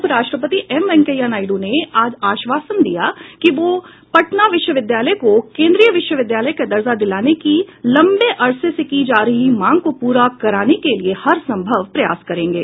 उपराष्ट्रपति एम वेंकैया नायडू ने आज आश्वासन दिया कि वह पटना विश्वविद्यालय को केंद्रीय विश्वविद्यालय का दर्जा दिलाने की लंबे अर्से से की जा रही मांग को पूरा कराने के लिए हरसंभव प्रयास करेंगे